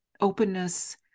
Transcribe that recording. openness